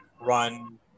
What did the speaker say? run